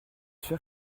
sûr